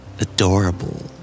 Adorable